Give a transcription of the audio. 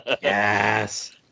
Yes